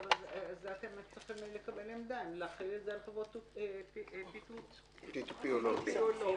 אתם צריכים לקבל עמדה אם להחיל את זה על חברות P2P או לא.